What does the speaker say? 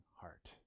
heart